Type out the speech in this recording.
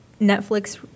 Netflix